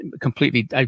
completely